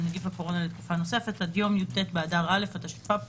נגיף הקורונה לתקופה נוספת עד יום י"ט באדר א' התשפ"ב